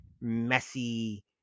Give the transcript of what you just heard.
messy